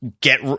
get